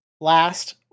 Last